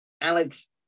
Alex